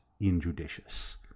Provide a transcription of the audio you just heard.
injudicious